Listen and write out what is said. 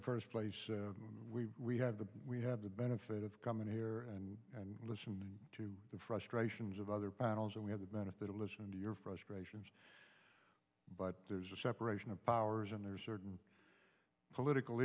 the first place we have the we have the benefit of coming here and listen to the frustrations of other panels and we have the benefit of listening to your frustrations but there's a separation of powers and there are certain political